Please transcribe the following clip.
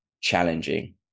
challenging